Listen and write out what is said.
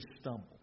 stumble